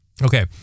Okay